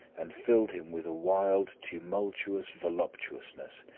and filled him with a wild, tumultuous voluptuousness,